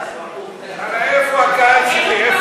איפה הקהל שלי?